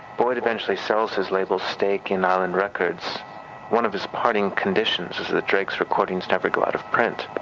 boyd eventually sells his label's stake in island records one of his parting conditions is the drdrake's recordings never go out of print.